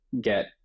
get